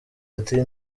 ati